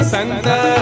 Santa